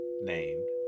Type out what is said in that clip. named